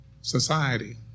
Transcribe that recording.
society